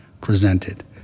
presented